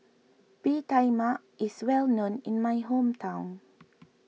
Bee Tai Mak is well known in my hometown